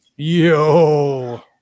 Yo